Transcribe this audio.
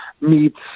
meets